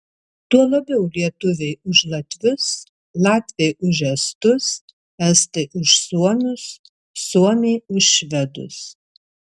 tuo labiau lietuviai už latvius latviai už estus estai už suomius suomiai už švedus